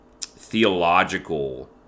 theological